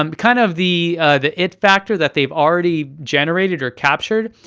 um kind of the the it factor that they've already generated or captured,